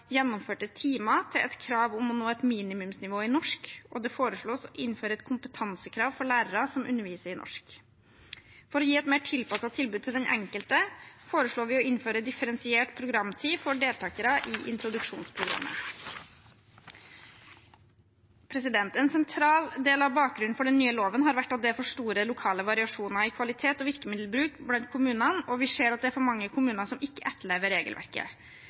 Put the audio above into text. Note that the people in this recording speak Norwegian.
gjennomførte timer til et krav om å nå et minimumsnivå i norsk, og det foreslås å innføre et kompetansekrav for lærere som underviser i norsk. For å gi et mer tilpasset tilbud til den enkelte foreslår vi å innføre differensiert programtid for deltakere i introduksjonsprogrammet. En sentral del av bakgrunnen for den nye loven har vært at det er for store lokale variasjoner i kvalitet og virkemiddelbruk blant kommunene, og vi ser at det er for mange kommuner som ikke etterlever regelverket.